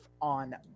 on